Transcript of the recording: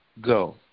go